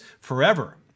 forever